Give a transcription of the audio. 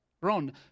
Ron